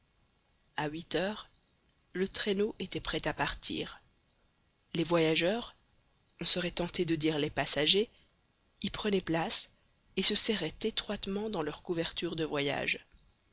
a huit heures le traîneau était prêt à partir les voyageurs on serait tenté de dire les passagers y prenaient place et se serraient étroitement dans leurs couvertures de voyage